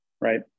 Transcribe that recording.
Right